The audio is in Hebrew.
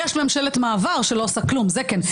יש ממשלת מעבר שלא עושה כלום, זה כן.